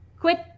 quit